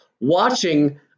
watching